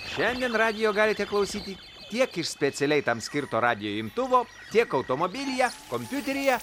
šiandien radijo galite klausyti tiek iš specialiai tam skirto radijo imtuvo tiek automobilyje kompiuteryje